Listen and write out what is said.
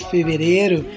Fevereiro